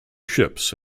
ships